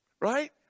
Right